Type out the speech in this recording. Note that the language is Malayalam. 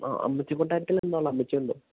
ആ അമ്മച്ചിക്കൊട്ടാരത്തില് എന്താണുള്ളത് അമ്മച്ചിയുണ്ടോ